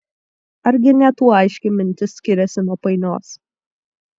argi ne tuo aiški mintis skiriasi nuo painios